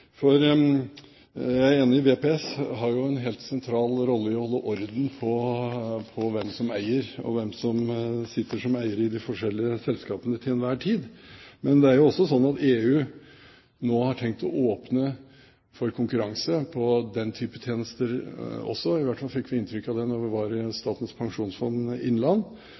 Jeg er enig, VPS har en helt sentral rolle i å holde orden på hvem som eier, og hvem som sitter som eier i de forskjellige selskapene til enhver tid. Men det er jo også slik at EU nå har tenkt å åpne for konkurranse på den type tjenester, i hvert fall fikk vi inntrykk av det da vi var hos Statens pensjonsfond